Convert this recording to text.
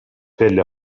پله